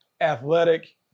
athletic